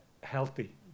healthy